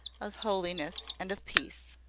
of holiness, and of peace.